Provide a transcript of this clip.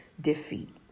defeat